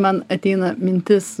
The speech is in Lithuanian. man ateina mintis